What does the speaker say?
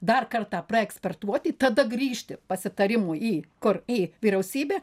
dar kartą praekspertuoti tada grįžti pasitarimui į kur į vyriausybę